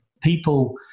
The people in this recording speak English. People